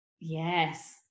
yes